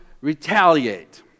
retaliate